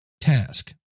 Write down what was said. task